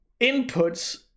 inputs